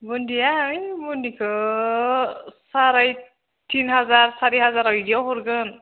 बुन्दिया ओइ बुन्दिखौ साराय थिन हाजार सारि हाजार बिदियाव हरगोन